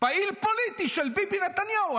פעיל פוליטי של ביבי נתניהו,